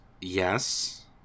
Yes